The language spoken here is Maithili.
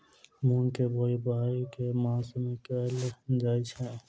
मूँग केँ बोवाई केँ मास मे कैल जाएँ छैय?